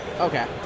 Okay